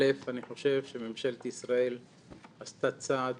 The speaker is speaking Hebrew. אל"ף, אני חושב שממשלת ישראל עשתה צעד